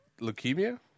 leukemia